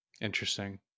interesting